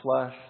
flesh